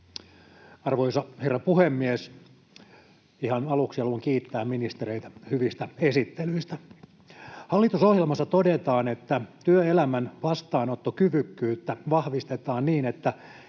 Arvoisa herra puhemies! Ihan aluksi haluan kiittää ministereitä hyvistä esittelyistä. Hallitusohjelmassa todetaan, että työelämän vastaanottokyvykkyyttä vahvistetaan niin, että